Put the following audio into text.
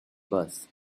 bus